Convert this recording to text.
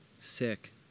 Sick